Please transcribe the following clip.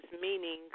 meaning